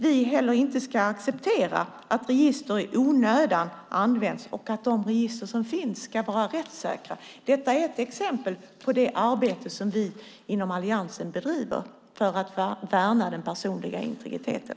Vi ska inte acceptera att register i onödan används, och de register som finns ska vara rättssäkra. Det är ett exempel på det arbete som vi inom alliansen bedriver för att värna den personliga integriteten.